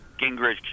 Gingrich